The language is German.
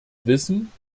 wissen